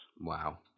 Wow